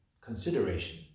consideration